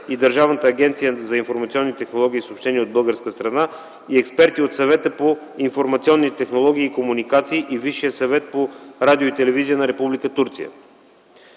и Държавната агенция за информационни технологии и съобщения от българска страна, и експерти от Съвета по информационни технологии и комуникации и Висшия съвет по радио и телевизия на Република Турция.